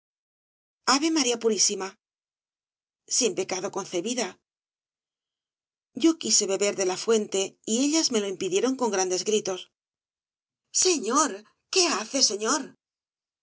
ave maría purísima sin pecado concebida yo quise beber de la fuente y ellas me lo impidieron con grandes gritos señor qué hace señor